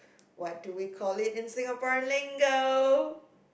what do we call it in Singaporean lingo